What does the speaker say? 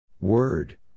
Word